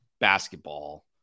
basketball